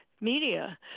media